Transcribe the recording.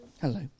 Hello